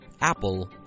Apple